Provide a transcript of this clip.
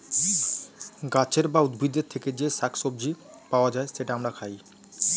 গাছের বা উদ্ভিদের থেকে যে শাক সবজি পাওয়া যায়, সেটা আমরা খাই